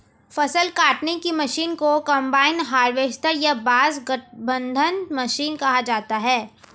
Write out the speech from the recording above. फ़सल काटने की मशीन को कंबाइन हार्वेस्टर या बस गठबंधन मशीन कहा जाता है